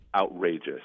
Outrageous